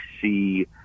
see